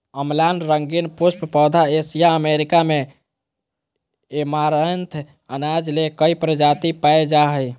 अम्लान रंगीन पुष्प पौधा एशिया अमेरिका में ऐमारैंथ अनाज ले कई प्रजाति पाय जा हइ